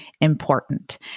important